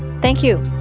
thank you.